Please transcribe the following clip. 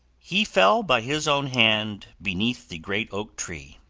he fell by his own hand beneath the great oak tree.